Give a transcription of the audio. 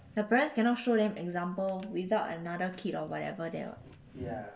their parents cannot show them example without another kid or whatever there [what]